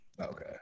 Okay